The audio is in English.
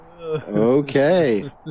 Okay